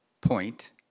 point